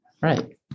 Right